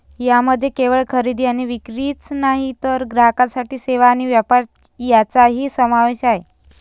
यामध्ये केवळ खरेदी आणि विक्रीच नाही तर ग्राहकांसाठी सेवा आणि व्यापार यांचाही समावेश आहे